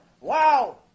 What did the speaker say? Wow